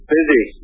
Busy